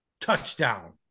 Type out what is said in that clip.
Touchdown